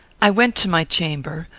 i went to my chamber,